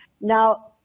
Now